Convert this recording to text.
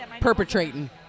perpetrating